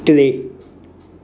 टे